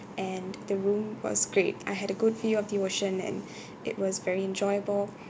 and the room was great I had a good view of the ocean and it was very enjoyable